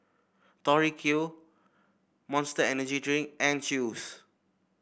Tori Q Monster Energy Drink and Chew's